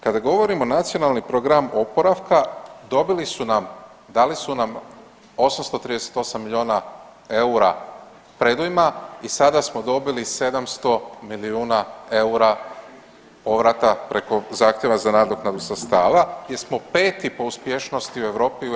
Kada govorimo o Nacionalni program oporavka dobili su nam, dali su nam 838 miliona eura predujma i sada smo dobili 700 milijuna eura povrata preko zahtjeva za nadoknadu sredstava jer smo 5 po uspješnosti u Europi u NPO-u.